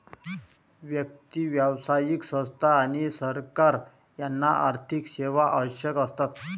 व्यक्ती, व्यावसायिक संस्था आणि सरकार यांना आर्थिक सेवा आवश्यक असतात